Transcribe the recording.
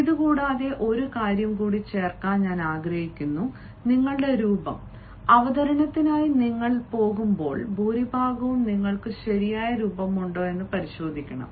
ഇതുകൂടാതെ ഒരു കാര്യം കൂടി ചേർക്കാൻ ഞാൻ ആഗ്രഹിക്കുന്നു നിങ്ങളുടെ രൂപം അവതരണത്തിനായി നിങ്ങൾ പോകുമ്പോൾ ഭൂരിഭാഗവും നിങ്ങൾക്ക് ശരിയായ രൂപമുണ്ടോയെന്ന് പരിശോധിക്കണം